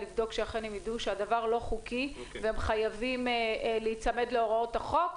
לבדוק שאכן הם ידעו שהדבר לא חוקי והם חייבים להיצמד להוראות החוק.